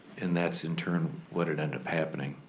and that's in turn what had ended up happening.